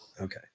Okay